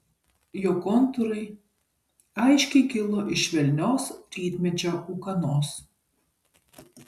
jo kontūrai aiškiai kilo iš švelnios rytmečio ūkanos